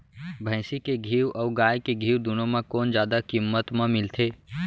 भैंसी के घीव अऊ गाय के घीव दूनो म कोन जादा किम्मत म मिलथे?